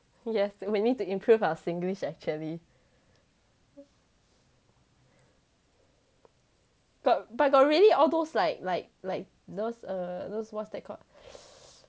yes we need to improve our singlish actually got but got really all those like like like those err those what's that called